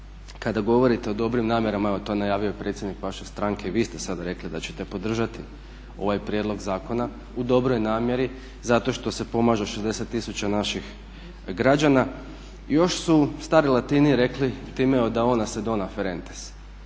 kada govorite o dobrim namjerama, evo to je najavio predsjednik vaše stranke i vi ste sad rekli da ćete podržati ovaj prijedlog zakona u dobroj namjeri zato što se pomaže 60 tisuća naših građana. Još su stari Latini rekli …/Govornik se ne